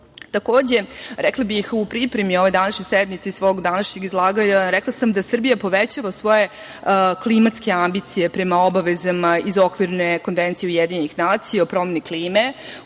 Srbiji. Takođe, rekla bih, u pripremi ove današnje sednice i svog današnjeg izlaganja rekla sam da Srbija povećava svoje klimatske ambicije prema obavezama iz okvirne Konvencije UN o promeni klime